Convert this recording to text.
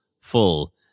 full